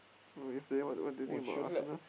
no yesterday what what do you think about Arsenal